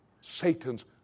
Satan's